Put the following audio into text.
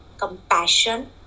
compassion